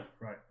right